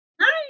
Hi